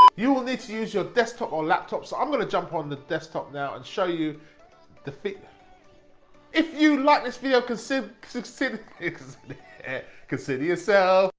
you will need to use your desktop or laptop so i'm gonna jump on the desktop now and show you the fit if you like this video consider consider it's consider yourself.